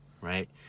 right